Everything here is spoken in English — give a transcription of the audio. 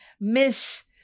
miss